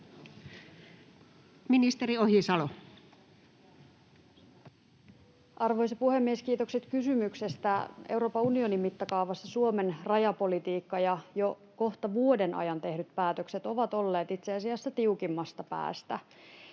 Arvoisa puhemies! Kiitokset kysymyksestä. Euroopan unionin mittakaavassa Suomen rajapolitiikka ja jo kohta vuoden ajan tehdyt päätökset ovat olleet itse asiassa tiukimmasta päästä.